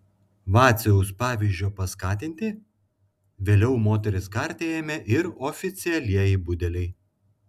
vaciaus pavyzdžio paskatinti vėliau moteris karti ėmė ir oficialieji budeliai